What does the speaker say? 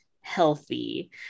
healthy